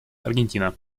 аргентина